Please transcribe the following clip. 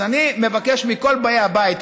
אז אני מבקש מכל באי הבית,